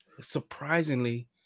Surprisingly